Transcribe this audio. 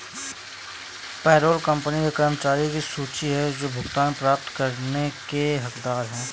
payroll company के कर्मचारियों की सूची है जो भुगतान प्राप्त करने के हकदार हैं